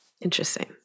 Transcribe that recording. Interesting